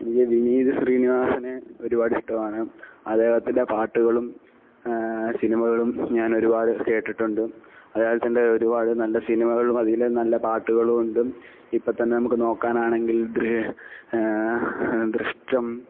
എനിക്ക് വിനീത് ശ്രീനിവാസനെ ഒരുപാട് ഇഷ്ടമാണ് അദ്ദേഹത്തിന്റെ പാട്ടുകളും സിനിമകളും ഞാൻ ഒരുപാട് കേട്ടിട്ടുണ്ട് അദ്ദേഹത്തിന്റെ ഒരുപാട് നല്ല സിനിമകളും അതിലെ നല്ല പാട്ടുകളും ഉണ്ട് ഇപ്പം തന്നെ നമുക്ക് നോക്കാനാണെങ്കില് ദൃ ദൃഷ്ടം